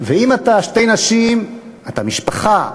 ואם אתה שתי נשים, אתה משפחה,